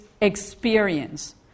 experience